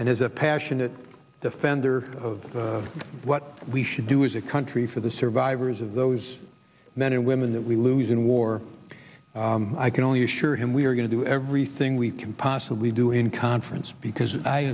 and as a passionate defender of what we should do as a country for the survivors of those men and women that we lose in war i can only assure him we are going to do everything we can possibly do in conference because i